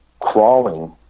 Crawling